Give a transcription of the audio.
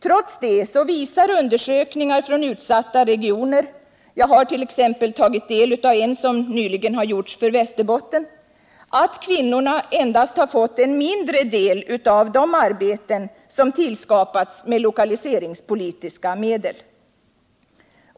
Trots detta visar undersökningar från utsatta regioner — jag har t.ex. tagit del av en som nyligen har gjorts för Västerbotten — att kvinnorna endast fått en mindre del av de arbeten som tillskapats med lokaliseringspolitiska medel.